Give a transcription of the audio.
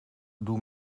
doe